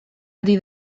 ari